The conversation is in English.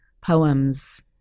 poems